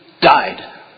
died